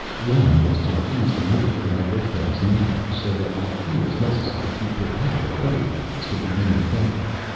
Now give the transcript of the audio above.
one was to use the newly arrived earthman's knowledge so that the fuels necessary to propel the ferry-rockets could be manufactured.